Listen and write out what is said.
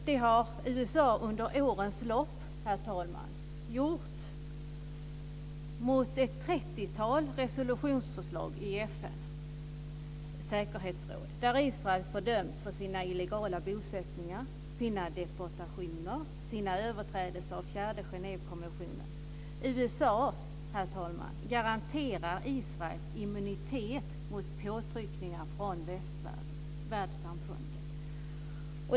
Det har USA under årens lopp, herr talman, gjort mot ett trettiotal resolutionsförslag i FN:s säkerhetsråd där Israel fördömts för sina illegala bosättningar, sina deportationer och sina överträdelser av fjärde Genèvekonventionen. USA, herr talman, garanterar Israel immunitet mot påtryckningar från världssamfundet.